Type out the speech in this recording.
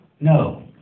No